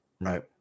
Right